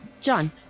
John